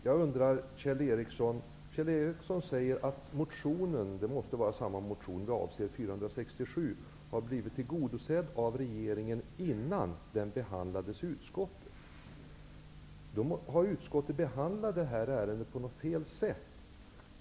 Herr talman! Kjell Ericsson säger att motionen -- jag utgår från att vi avser samma motion, nämligen motion 467 -- har blivit tillgodosedd av regeringen innan den behandlades i utskottet. Jag undrar i så fall om utskottet har behandlat ärendet på fel sätt.